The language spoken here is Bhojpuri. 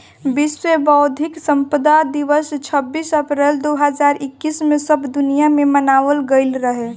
विश्व बौद्धिक संपदा दिवस छब्बीस अप्रैल दो हज़ार इक्कीस में सब दुनिया में मनावल गईल रहे